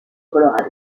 colorado